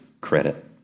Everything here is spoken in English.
credit